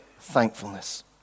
thankfulness